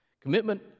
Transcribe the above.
Commitment